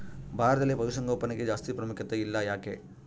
ಭಾರತದಲ್ಲಿ ಪಶುಸಾಂಗೋಪನೆಗೆ ಜಾಸ್ತಿ ಪ್ರಾಮುಖ್ಯತೆ ಇಲ್ಲ ಯಾಕೆ?